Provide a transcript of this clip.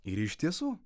ir iš tiesų